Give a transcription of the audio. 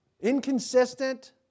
Inconsistent